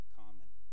common